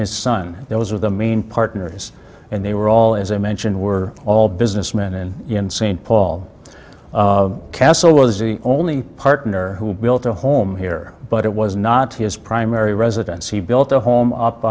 his son those are the main partners and they were all as i mentioned were all businessmen and in st paul castle was the only partner who built a home here but it was not his primary residence he built a home up